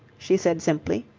she said simply.